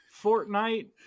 Fortnite